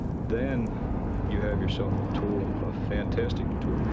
then you have yourself a tool, a fantastic tool.